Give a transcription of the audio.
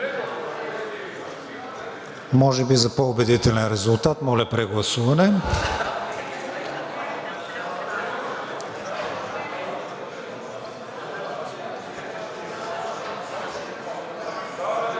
Може би за по-убедителен резултат – моля, прегласуване.